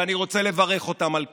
ואני רוצה לברך אותם על כך.